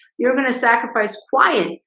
you're going to sacrifice quiet.